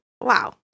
Wow